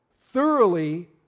thoroughly